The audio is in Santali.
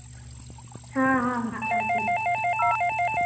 ᱦᱮᱸ ᱦᱮᱸ ᱢᱟ ᱛᱟᱦᱞᱮ ᱴᱷᱤᱠ ᱜᱮᱭᱟ